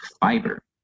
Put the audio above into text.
fiber